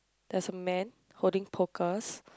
there's a man holding pokers